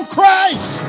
Christ